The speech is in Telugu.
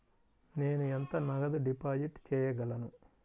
నేను ఎంత నగదు డిపాజిట్ చేయగలను?